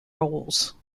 roles